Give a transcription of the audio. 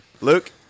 Luke